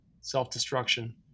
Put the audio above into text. self-destruction